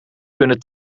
kunnen